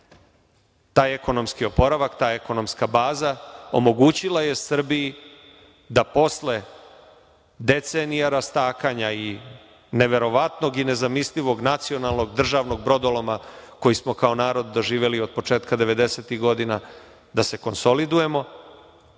Taj ekonomski oporavak, ta ekonomska baza omogućila je Srbiji da posle decenija rastakanja i neverovatnog i nezamislivog nacionalnog, državnog brodoloma koji smo kao narod doživeli od početka devedesetih godina da se konsolidujemo